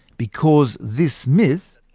because this myth,